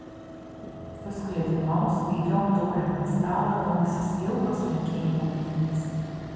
su sklidinom svaigiom taurėm ant stalo rungsis ilgos linkėjimų pynės